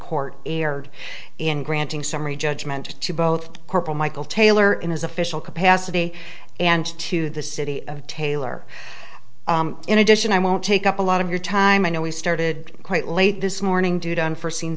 court erred in granting summary judgment to both corporal michael taylor in his official capacity and to the city of taylor in addition i won't take up a lot of your time i know we started quite late this morning due to unforseen